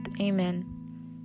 amen